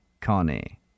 Connie